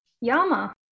Yama